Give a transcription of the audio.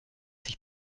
sich